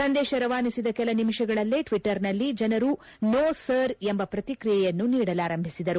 ಸಂದೇಶ ರವಾನಿಸಿದ ಕೆಲ ನಿಮಿಷಗಳಲ್ಲೇ ಟ್ವಟ್ಟರ್ನಲ್ಲಿ ಜನರು ನೋ ಸರ್ ಎಂಬ ಪ್ರತಿಕ್ರಿಯೆಯನ್ನು ನೀಡಲಾರಂಭಿಸಿದರು